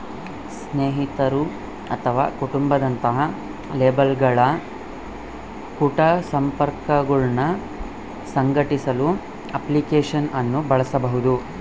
ಸ್ನೇಹಿತರು ಅಥವಾ ಕುಟುಂಬ ದಂತಹ ಲೇಬಲ್ಗಳ ಕುಟ ಸಂಪರ್ಕಗುಳ್ನ ಸಂಘಟಿಸಲು ಅಪ್ಲಿಕೇಶನ್ ಅನ್ನು ಬಳಸಬಹುದು